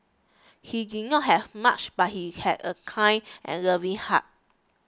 he did not have much but he had a kind and loving heart